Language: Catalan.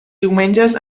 diumenges